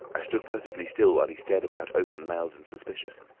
i stood perfectly still while he stared about open-mouthed and suspicious.